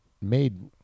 made